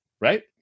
Right